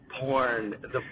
porn